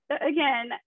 again